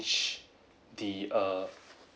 the err